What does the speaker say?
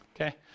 okay